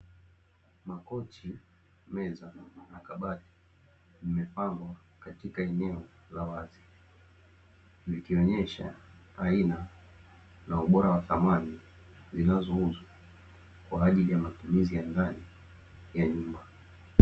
Makochi, meza, makabati yamepangwa katika eneo la wazi, Zikionyesha aina na ubora wa samani zinazo uzwa kwa ajili ya matumizi ya ndani ya nyumba.